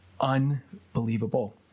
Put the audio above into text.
unbelievable